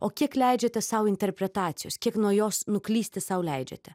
o kiek leidžiate sau interpretacijos kiek nuo jos nuklysti sau leidžiate